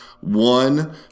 One